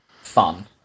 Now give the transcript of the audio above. fun